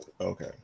Okay